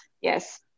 yes